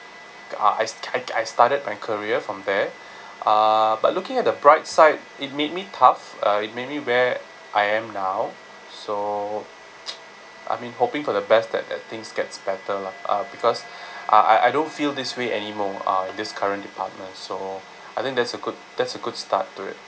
uh I I I started my career from there uh but looking at the bright side it made me tough uh it made me where I am now so I've been hoping for the best that that things gets better lah uh because I I don't feel this way anymore uh this current department so I think that's a good that's a good start to it